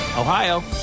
Ohio